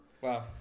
Wow